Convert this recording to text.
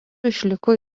išliko